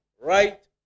right